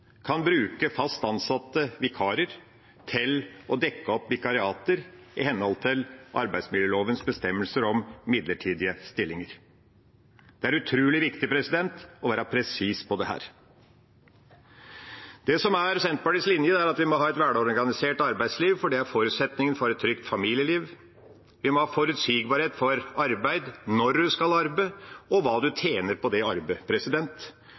kan bruke fast ansatte vikarer til å dekke opp vikariater i henhold til arbeidsmiljølovens bestemmelser om midlertidige stillinger. Det er utrolig viktig å være presis på dette. Det som er Senterpartiets linje, er at vi må ha et velorganisert arbeidsliv, for det er forutsetningen for et trygt familieliv. Vi må ha forutsigbarhet for arbeid, når en skal arbeide, og hva en tjener på det arbeidet,